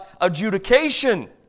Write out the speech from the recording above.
adjudication